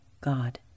God